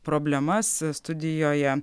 problemas studijoje